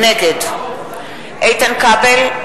נגד איתן כבל,